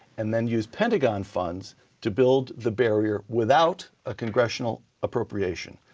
and then use pentagon funds to build the barrier without a congressional appropriation.